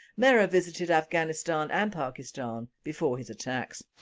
merah visited afghanistan and pakistan before his attacks.